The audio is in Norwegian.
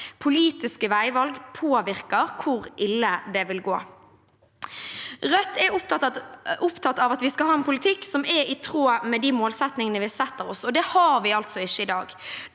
Politiske veivalg påvirker hvor ille det vil gå. Rødt er opptatt av at vi skal ha en politikk som er i tråd med de målsettingene vi setter oss. Det har vi altså ikke i dag.